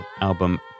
album